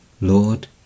Lord